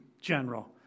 general